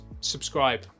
subscribe